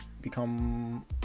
become